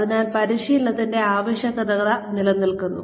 അതിനാൽ പരിശീലനത്തിന്റെ ആവശ്യകത നിലനിൽക്കുന്നു